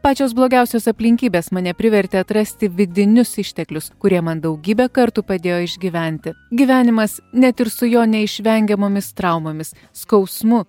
pačios blogiausios aplinkybės mane privertė atrasti vidinius išteklius kurie man daugybę kartų padėjo išgyventi gyvenimas net ir su jo neišvengiamomis traumomis skausmu